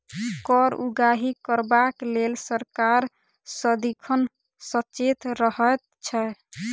कर उगाही करबाक लेल सरकार सदिखन सचेत रहैत छै